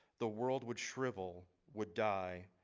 the world would shrivel would die.